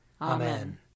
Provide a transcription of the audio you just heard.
Amen